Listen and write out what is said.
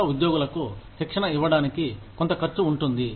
కొత్త ఉద్యోగులకు శిక్షణ ఇవ్వడానికి కొంత ఖర్చు ఉంటుంది